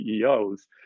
CEOs